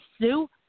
sue